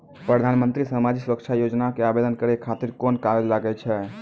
प्रधानमंत्री समाजिक सुरक्षा योजना के आवेदन करै खातिर कोन कागज लागै छै?